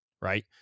right